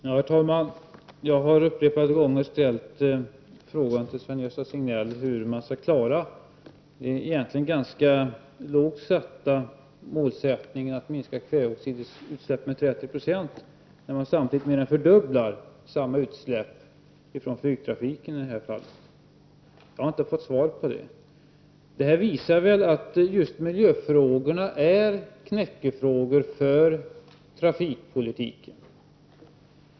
Herr talman! Jag har upprepade gånger ställt frågan till Sven-Gösta Signell hur man skall klara den egentligen ganska lågt satta målsättningen att minska kväveoxidutsläppen med 30 96, när man samtidigt mer än fördubblar kväveoxidutsläppen från flygtrafiken. Jag har inte fått svar på det. Det visar att just miljöfrågorna är knäckfrågor för trafikpolitiken.